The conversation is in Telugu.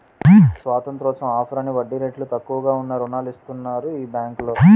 స్వతంత్రోత్సవం ఆఫర్ అని వడ్డీ రేట్లు తక్కువగా ఉన్న రుణాలు ఇస్తన్నారు ఈ బేంకులో